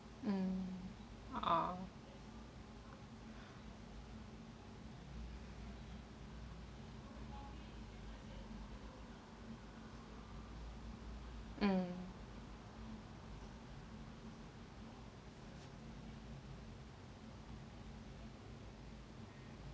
mm uh mm